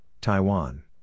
Taiwan